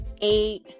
eight